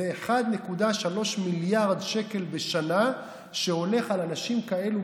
זה 1.3 מיליארד שקלים בשנה שהולכים על אנשים כאלה,